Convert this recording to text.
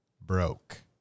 broke